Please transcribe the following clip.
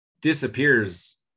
disappears